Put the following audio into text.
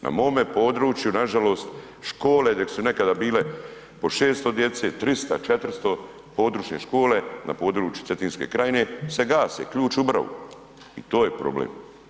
Na mome području nažalost škole dok su nekada bile po 600 djece, 300, 400 područne škole na području Cetinske krajine se gase, ključ u bravu i to je problem.